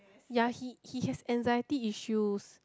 ya he he has anxiety issues